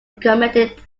recommended